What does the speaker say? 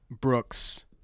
Brooks